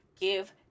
give